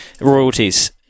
royalties